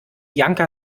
janka